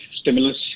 stimulus